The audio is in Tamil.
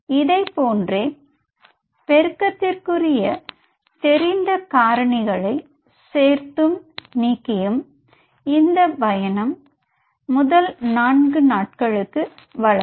இதை போன்றே பெருக்கத்திற்குரிய தெரிந்த காரணிகளை சேர்த்தும் நீக்கியும் இந்த பயணம் முதல் நான்கு நாட்களுக்கு வளரும்